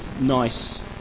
nice